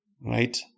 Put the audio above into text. Right